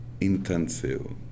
intensive